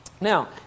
Now